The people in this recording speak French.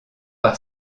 par